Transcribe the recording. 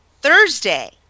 Thursday